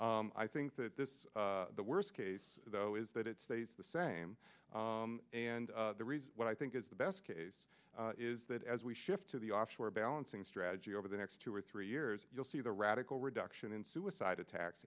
i think that this the worst case though is that it stays the same and what i think is the best case is that as we shift to the offshore balancing strategy over the next two or three years you'll see the radical reduction in suicide attacks